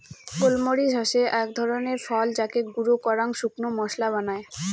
গোল মরিচ হসে আক ধরণের ফল যাকে গুঁড়ো করাং শুকনো মশলা বানায়